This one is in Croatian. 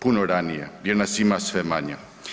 Puno ranije, jer nas ima sve manje.